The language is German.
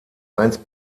einst